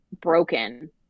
broken